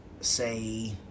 say